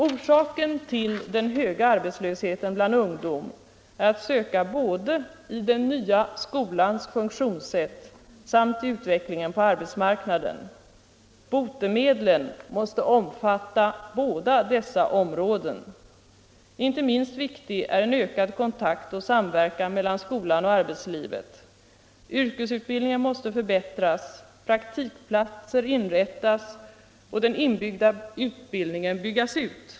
Orsaken till den höga arbetslösheten bland ungdom är att söka både i den nya skolans funktionssätt och i utvecklingen på arbetsmarknaden. Botemedlen måste omfatta båda dessa områden. Inte minst viktig är en ökad kontakt och samverkan mellan skolan och arbetslivet. Yrkesutbildningen måste förbättras, praktikplatser inrättas och den inbyggda utbildningen utökas.